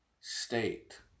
state